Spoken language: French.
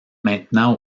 maintenant